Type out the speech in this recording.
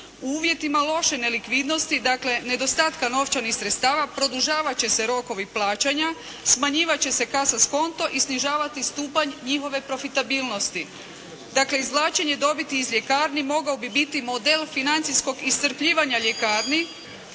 U uvjetima loše nelikvidnosti, dakle nedostatka novčanih sredstava produžavat će se rokovi plaćanja, smanjivat će se "casa sconto" i snižavati stupanj njihove profitabilnosti. Dakle, izvlačenje dobiti iz ljekarni mogao bi biti model financijskog iscrpljivanja ljekarni